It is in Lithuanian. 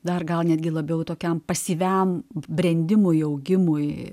dar gal netgi labiau tokiam pasyviam brendimui augimui